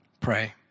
Pray